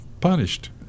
punished